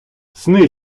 сни